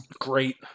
Great